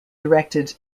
directed